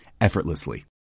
effortlessly